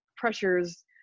pressures